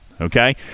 okay